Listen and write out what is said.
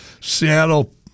Seattle